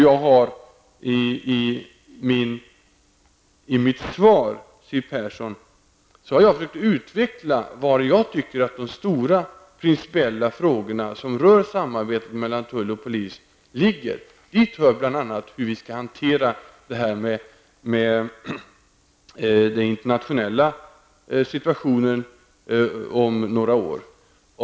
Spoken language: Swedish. Jag har i mitt svar till Siw Persson försökt utveckla var jag tycker att de stora principiella frågor som rör samarbetet mellan polis och tull ligger. Dit hör bl.a. hur vi skall hantera det här med den internationella situationen om några år.